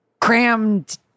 Crammed